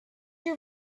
your